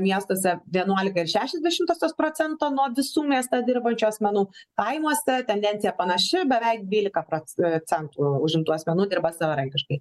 miestuose vienuolika ir šešios dešimtosios procento nuo visų mieste dirbančių asmenų kaimuose tendencija panaši beveik dvylika proc centų užimtų asmenų dirba savarankiškai